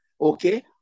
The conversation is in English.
Okay